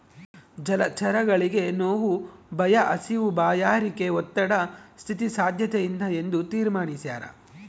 ಜಲಚರಗಳಿಗೆ ನೋವು ಭಯ ಹಸಿವು ಬಾಯಾರಿಕೆ ಒತ್ತಡ ಸ್ಥಿತಿ ಸಾದ್ಯತೆಯಿಂದ ಎಂದು ತೀರ್ಮಾನಿಸ್ಯಾರ